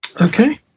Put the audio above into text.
Okay